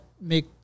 make